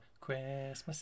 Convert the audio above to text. Christmas